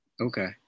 Okay